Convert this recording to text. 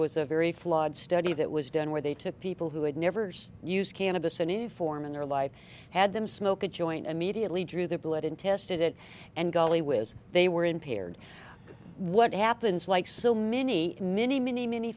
was a very flawed study that was done where they took people who had never used cannabis an informant or lie had them smoke a joint immediately drew their blood and tested it and golly whiz they were impaired what happens like so many many many many